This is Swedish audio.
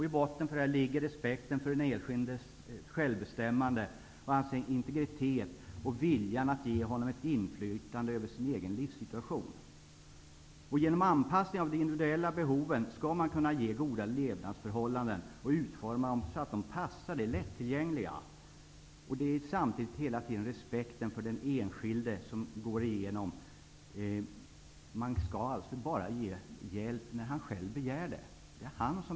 I botten ligger respekten för den enskildes självbestämmande och integritet och viljan att ge honom inflytande över sin egen livssituation. Genom anpassning till de individuella behoven skall goda levnadsförhållanden utformas så att de är lättillgängliga. Respekten för den enskildes vilja skall vara genomgående. Den enskilde skall få hjälp endast om den enskilde begär det. Fru talman!